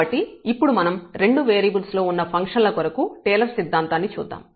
కాబట్టి ఇప్పుడు మనం రెండు వేరియబుల్స్ లో ఉన్న ఫంక్షన్ల కొరకు టేలర్ సిద్ధాంతాన్ని చూద్దాం